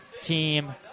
team